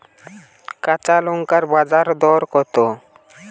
কাঁচা লঙ্কার বাজার দর কত?